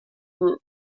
roof